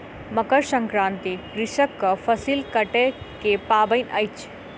मकर संक्रांति कृषकक फसिल कटै के पाबैन अछि